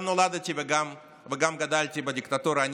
גם נולדתי וגם גדלתי בדיקטטורה.